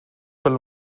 pel